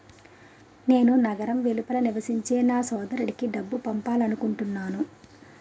నేను నగరం వెలుపల నివసించే నా సోదరుడికి డబ్బు పంపాలనుకుంటున్నాను